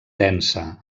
densa